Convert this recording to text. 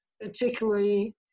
particularly